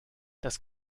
das